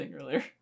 earlier